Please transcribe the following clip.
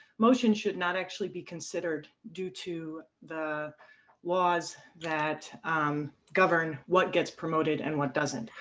motion should not actually be considered due to the laws that govern what gets promoted and what doesn't.